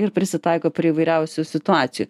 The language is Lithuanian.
ir prisitaiko prie įvairiausių situacijų